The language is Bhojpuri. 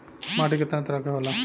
माटी केतना तरह के होला?